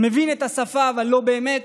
מבין את השפה אבל לא באמת,